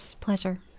Pleasure